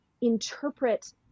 interpret